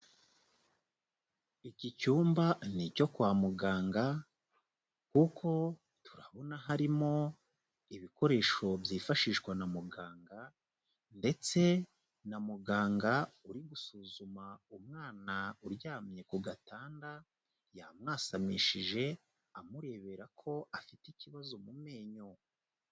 Iki cyumba ni icyo kwa muganga kuko turabona harimo ibikoresho byifashishwa na muganga ndetse na muganga uri gusuzuma umwana uryamye ku gatanda, yamwasamishije, amurebera ko afite ikibazo mu menyo.